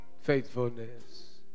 faithfulness